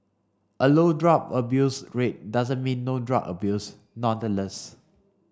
a low drug abuse rate doesn't mean no drug abuse nonetheless